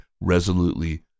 resolutely